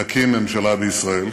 נקים ממשלה בישראל.